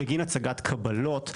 בגין הצגת קבלות,